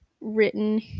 written